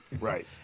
Right